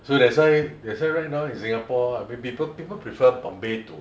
so that's why that's why right now in Singapore people pe~ people prefer Bombay to